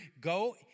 go